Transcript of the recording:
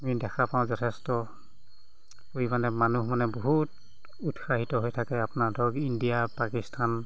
আমি দেখা পাওঁ যথেষ্ট পৰিমাণে মানুহ মানে বহুত উৎসাহিত হৈ থাকে আপোনাৰ ধৰক ইণ্ডিয়া পাকিস্তান